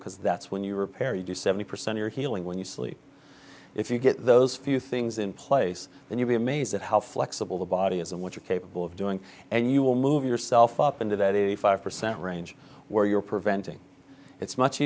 because that's when you repair you seventy percent your healing when you sleep if you get those few things in place then you'll be amazed at how flexible the body is and what you're capable of doing and you will move yourself up into that eighty five percent range where you're preventing it's much